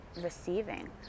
receiving